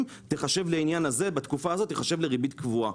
תיחשב לעניין הזה בתקופה הזאת לריבית קבועה,